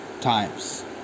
times